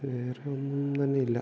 വേറെ ഒന്നും തന്നെ ഇല്ല